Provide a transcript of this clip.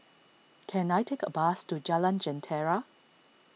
can I take a bus to Jalan Jentera